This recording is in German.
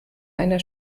einer